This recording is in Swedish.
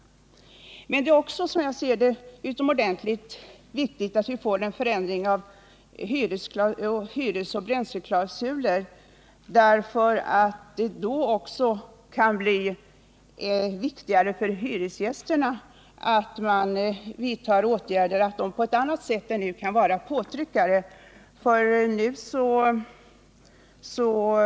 Men det är som jag ser det också utomordentligt viktigt att vi får till stånd en förändring av hyresoch bränsleklausuler. Då kan hyresgästerna på ett annat sätt än nu vara påtryckare för att åtgärder skall vidtas.